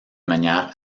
manière